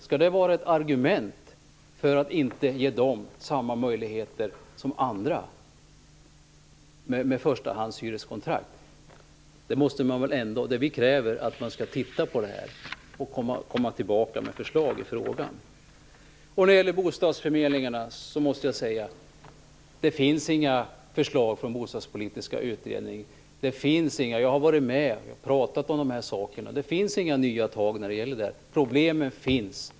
Skall det vara ett argument för att inte ge dem samma möjligheter som andra med förstahandshyreskontrakt? Vi kräver att man skall titta på den här saken och komma tillbaka med förslag. Vad gäller bostadsförmedlingarna finns inga förslag från den bostadspolitiska utredningen. Jag har varit med och pratat om det här. Det finns inga nya tag. Problemen finns.